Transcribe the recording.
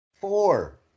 four